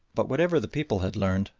but whatever the people had learned,